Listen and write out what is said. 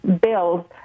bills